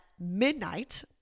midnight